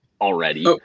already